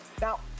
Now